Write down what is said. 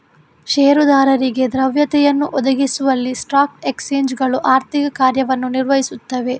ಷೇರುದಾರರಿಗೆ ದ್ರವ್ಯತೆಯನ್ನು ಒದಗಿಸುವಲ್ಲಿ ಸ್ಟಾಕ್ ಎಕ್ಸ್ಚೇಂಜುಗಳು ಆರ್ಥಿಕ ಕಾರ್ಯವನ್ನು ನಿರ್ವಹಿಸುತ್ತವೆ